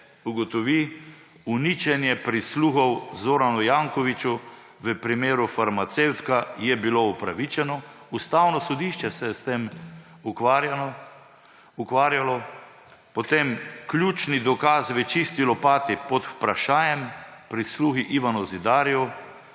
ugotovi, uničenje prisluhov Zoranu Jankoviću v primeru Farmacevtka je bilo upravičeno, Ustavno sodišče se je s tem ukvarjalo. Potem ključni dokaz v Čisti lopati pod vprašajem, prisluhi Ivanu Zidarju